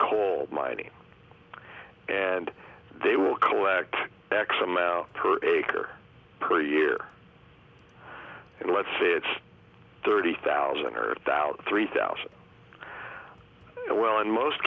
coal mining and they will collect x amount per acre per year and let's say it's thirty thousand or three thousand well in most